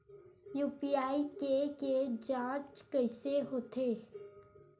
UPI के के जांच कइसे होथे?